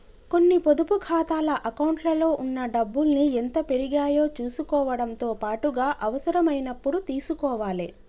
కొన్ని పొదుపు ఖాతాల అకౌంట్లలో ఉన్న డబ్బుల్ని ఎంత పెరిగాయో చుసుకోవడంతో పాటుగా అవసరమైనప్పుడు తీసుకోవాలే